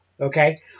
okay